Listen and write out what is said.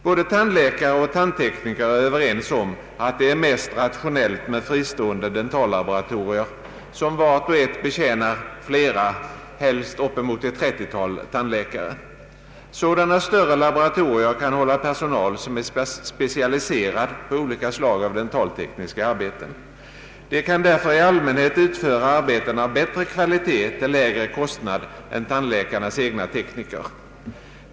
Både tandläkare och tandtekniker är överens om att det är mest rationellt med fristående dentallaboratorier som vart och ett betjänar flera, helst upp emot ett trettiotal tandläkare. Sådana större laboratorier kan hålla personal, som är specialiserad på olika slag av dentaltekniska arbeten. De kan därför i allmänhet utföra arbeten av bättre kvalitet till lägre kostnad än tandläkarnas egna tekniker.